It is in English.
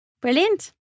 Brilliant